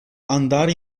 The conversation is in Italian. andare